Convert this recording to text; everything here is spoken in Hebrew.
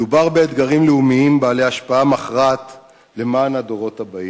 מדובר באתגרים לאומיים בעלי השפעה מכרעת על הדורות הבאים,